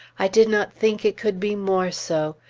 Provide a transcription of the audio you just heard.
i did not think it could be more so.